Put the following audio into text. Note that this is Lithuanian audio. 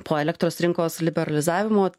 po elektros rinkos liberalizavimo